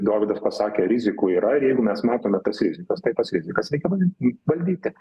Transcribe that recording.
dovydas pasakė rizikų yra ir jeigu mes matome tas rizikas tai tas rizikas reikia val valdyti